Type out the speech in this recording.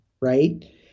right